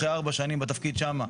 אחרי ארבע שנים בתפקיד שם,